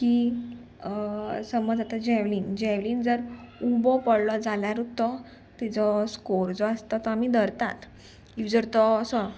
की समज आतां जेवलीन जेवलीन जर उबो पडलो जाल्यारूच तो तेजो स्कोर जो आसता तो आमी धरतात इफ जर तो असो